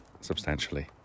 substantially